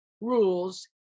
rules